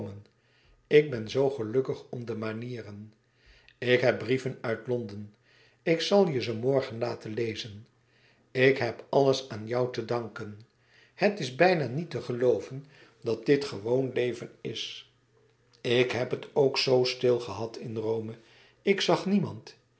ik ben zoo gelukkig om de banieren ik heb brieven uit londen ik zal je ze morgen laten lezen ik heb alles aan jou te danken het is bijna niet te gelooven dat dit gewoon leven is ik heb het ook zoo stil gehad in rome ik zag niemand